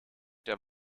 der